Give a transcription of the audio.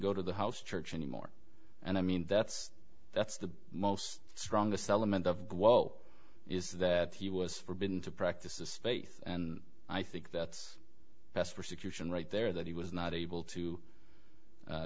go to the house church anymore and i mean that's that's the most strongest element of well is that he was forbidden to practice faith and i think that's best persecution right there that he was not able to